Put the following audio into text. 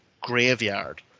graveyard